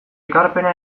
ekarpena